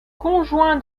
conjoints